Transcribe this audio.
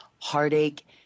heartache